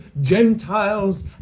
Gentiles